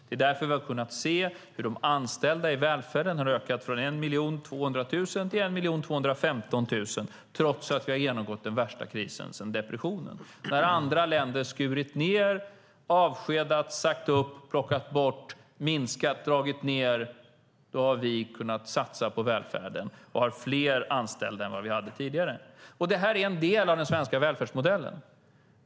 Det är därför som vi har kunnat se hur antalet anställda i välfärden har ökat från 1 200 000 till 1 215 000 trots att vi har genomgått den värsta krisen sedan depressionen. När andra länder har skurit ned, avskedat, sagt upp, plockat bort, minskat, dragit ned har vi kunnat satsa på välfärden och har fler anställda än vi hade tidigare. Detta är en del av den svenska välfärdsmodellen.